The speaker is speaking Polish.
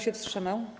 się wstrzymał?